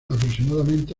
aproximadamente